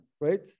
right